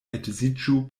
edziĝu